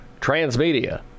Transmedia